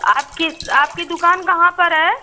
आपकी आपकी दुकान कहाँ पर है